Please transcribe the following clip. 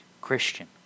Christian